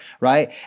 Right